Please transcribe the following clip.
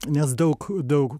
nes daug daug